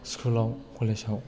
school college